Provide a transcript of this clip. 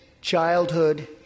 childhood